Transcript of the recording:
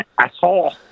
Asshole